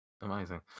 Amazing